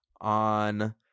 on